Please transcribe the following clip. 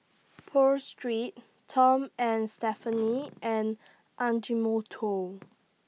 Pho Street Tom and Stephanie and Ajinomoto